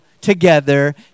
together